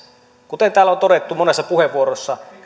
kuten täällä on todettu monessa puheenvuorossa